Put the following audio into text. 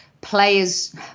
Players